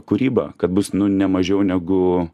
kūrybą kad bus nu ne mažiau negu